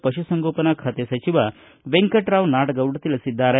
ಪಶುಸಂಗೋಪನಾ ಖಾತೆ ಸಚಿವ ವೆಂಕಟರಾವ ನಾಡಗೌಡ ತಿಳಿಸಿದ್ದಾರೆ